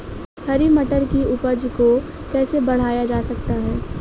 हरी मटर की उपज को कैसे बढ़ाया जा सकता है?